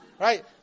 right